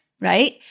right